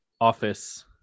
office